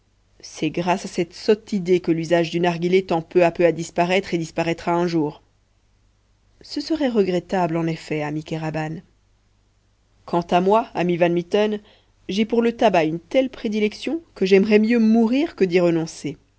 c'est grâce à cette sotte idée que l'usage du narghilé tend peu à peu à disparaître et disparaîtra un jour ce serait regrettable en effet ami kéraban quant à moi ami van mitten j'ai pour le tabac une telle prédilection que j'aimerais mieux mourir que d'y